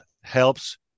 helps